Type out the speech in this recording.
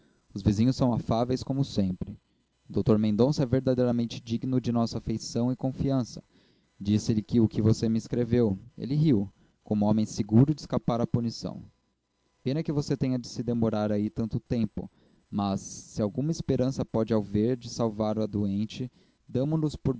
os vizinhos são afáveis como sempre o dr mendonça é verdadeiramente digno da nossa afeição e confiança disselhe o que você me escreveu ele riu como homem seguro de escapar à punição pena é que você tenha de se demorar aí tanto tempo mas se alguma esperança pode haver de salvar a doente damo nos